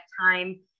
time